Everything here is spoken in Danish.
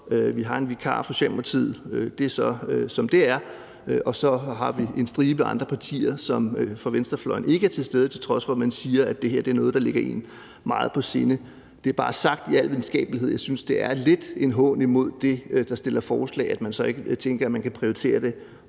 vi har en vikar for Socialdemokratiet, og det er, som det er, og så har vi en stribe andre partier fra venstrefløjen, som ikke er til stede, til trods for at man siger, at det her er noget, der ligger én meget på sinde. Det er bare sagt i al venskabelighed; jeg synes, at det lidt er en hån mod dem, der fremsætter forslag, at man ikke tænker, at man kan prioritere det